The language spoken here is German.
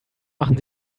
machen